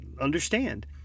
understand